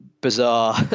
bizarre